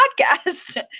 podcast